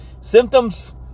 Symptoms